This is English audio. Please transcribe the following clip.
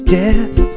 death